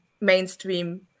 mainstream